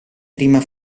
prima